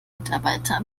mitarbeiter